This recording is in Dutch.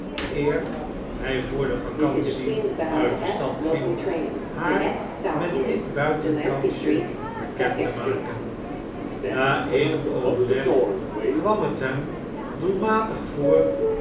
eer hy voor de vacantie uit de stad ging haar met dit buitenkansje bekend te maken na eenig overleg kwam het hem doelmatig voor